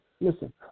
listen